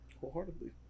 Wholeheartedly